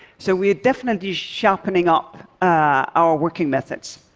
so we are definitely sharpening up our working methods.